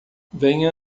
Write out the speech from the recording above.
venha